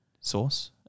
source